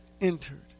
entered